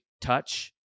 touch